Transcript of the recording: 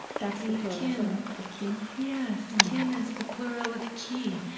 that's the plural of ki? yes, kin is the plural of ki.